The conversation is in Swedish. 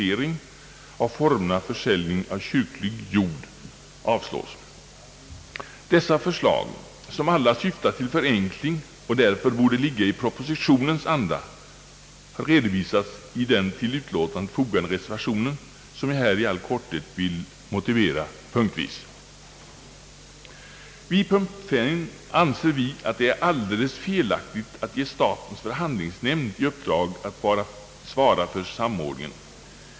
Beträffande punkten 5 anser vi att det är alldeles felaktigt att ge statens förhandlingsnämnd i uppdrag att svara för samordningen.